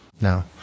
no